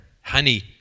honey